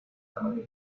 tamaño